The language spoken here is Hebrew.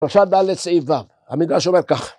פרשה ד' סעיף ו', המדרש אומר כך